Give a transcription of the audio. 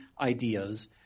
ideas